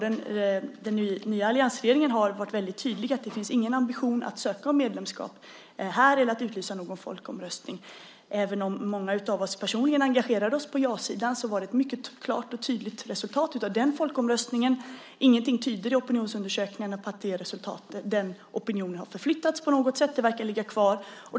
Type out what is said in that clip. Den nya alliansregeringen har varit väldigt tydlig med att det inte finns någon ambition att söka medlemskap eller att utlysa någon folkomröstning. Även om många av oss personligen engagerade oss på ja-sidan var det ett mycket klart och tydligt resultat av den folkomröstningen. Ingenting i opinionsundersökningarna tyder på att den opinionen har förflyttats, utan den verkar ligga kvar.